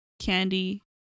candy